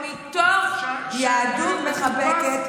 ומתוך יהדות מחבקת,